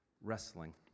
wrestling